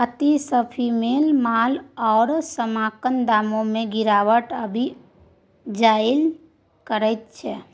अति स्फीतीमे माल आओर समानक दाममे गिरावट आबि जाएल करैत छै